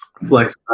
Flex